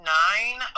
nine